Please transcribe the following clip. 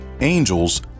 angels